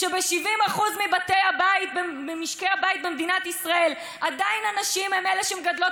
כשב-70% ממשקי הבית במדינת ישראל עדיין הנשים הן שמגדלות